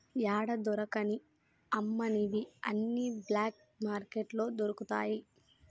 యాడా దొరకని అమ్మనివి అన్ని బ్లాక్ మార్కెట్లో దొరుకుతయి